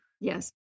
Yes